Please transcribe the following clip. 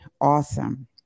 awesome